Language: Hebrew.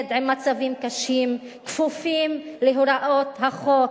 להתמודד עם מצבים קשים, כפופים להוראות החוק.